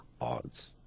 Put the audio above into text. odds